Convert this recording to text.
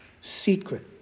secret